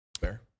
Fair